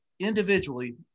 individually